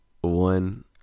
One